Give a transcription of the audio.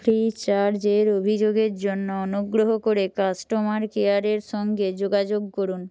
ফ্রিচার্জের অভিযোগের জন্য অনুগ্রহ করে কাস্টমার কেয়ারের সঙ্গে যোগাযোগ করুন